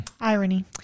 Irony